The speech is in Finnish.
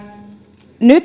nyt